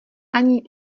ani